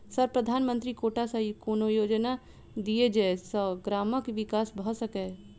Sir प्रधानमंत्री कोटा सऽ कोनो योजना दिय जै सऽ ग्रामक विकास भऽ सकै?